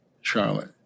Charlotte